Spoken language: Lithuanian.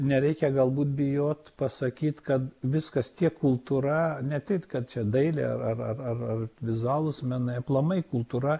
nereikia galbūt bijot pasakyt kad viskas tiek kultūra ne tik kad čia dailė ar ar ar vizualūs menai aplamai kultūra